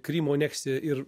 krymo aneksiją ir